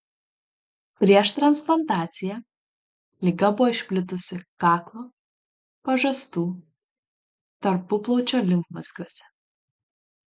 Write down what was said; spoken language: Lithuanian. prieš transplantaciją liga buvo išplitusi kaklo pažastų tarpuplaučio limfmazgiuose